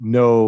no